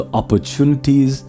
opportunities